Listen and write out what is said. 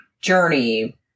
journey